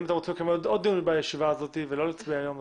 אם אתם רוצים לקיים עוד דיון ולא להצביע היום,